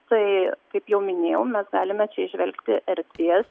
tai kaip jau minėjau mes galime čia įžvelgti erdvės